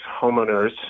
homeowners